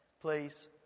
Please